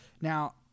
Now